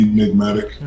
Enigmatic，